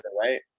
right